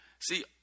See